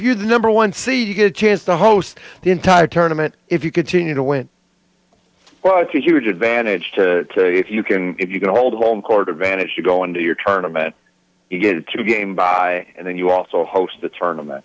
you the number one seed you get a chance to host the entire tournament if you continue to win well it's a huge advantage if you can if you can hold home court advantage you go into your tournaments you get to game by and then you also host the tournament